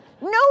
No